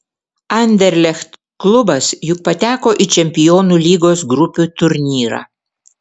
anderlecht klubas juk pateko į čempionų lygos grupių turnyrą